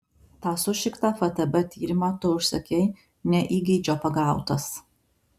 tą sušiktą ftb tyrimą tu užsakei ne įgeidžio pagautas